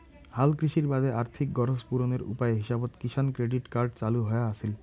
হালকৃষির বাদে আর্থিক গরোজ পূরণের উপায় হিসাবত কিষাণ ক্রেডিট কার্ড চালু হয়া আছিল